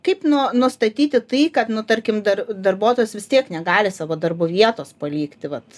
kaip nu nustatyti tai kad nu tarkim dar darbuotojas vis tiek negali savo darbo vietos palikti vat